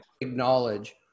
acknowledge